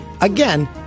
Again